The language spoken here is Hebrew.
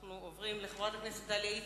ואנחנו עוברים לחברת הכנסת דליה איציק.